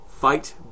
fight